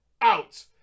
Out